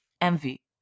envy